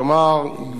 כלומר,